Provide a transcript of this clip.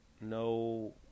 no